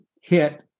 hit